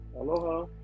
Aloha